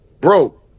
Bro